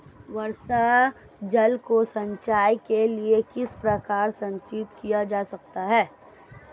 वर्षा जल को सिंचाई के लिए किस प्रकार संचित किया जा सकता है?